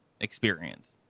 experience